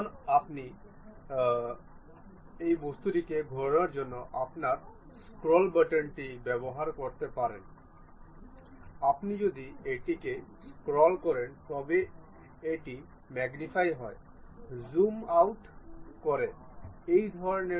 সুতরাং এটি সম্পূর্ণ করার জন্য আমরা কেবল অনুমান করতে পারি যে একজন মেট কী হতে পারে বা এই বাদাম এবং এই কব্জা নির্বাচন